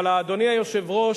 אבל, אדוני היושב-ראש,